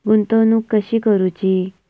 गुंतवणूक कशी करूची?